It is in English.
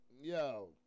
Yo